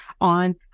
on